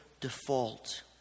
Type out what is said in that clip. default